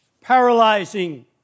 Paralyzing